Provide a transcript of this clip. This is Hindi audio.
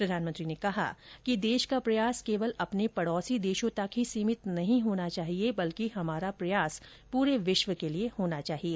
प्रधानमंत्री ने कहा कि देश का प्रयास केवल अपने पड़ोसी देशों तक ही सीमित नहीं होना चाहिए बल्कि हमारा प्रयास पूरे विश्व के लिए होना चाहिए